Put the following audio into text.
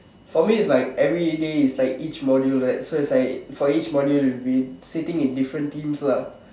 for me it's like everyday it's like each module right so it's like for each module we sitting in different teams lah